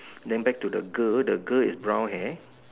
then back to the girl the girl is brown hair